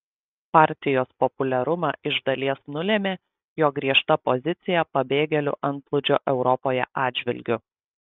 partijos populiarumą iš dalies nulėmė jo griežta pozicija pabėgėlių antplūdžio europoje atžvilgiu